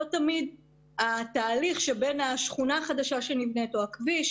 לא תמיד התהליך שבין השכונה החדשה שנבנית או הכביש,